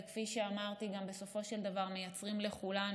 וכפי שאמרתי גם בסופו של דבר מייצרים לכולנו,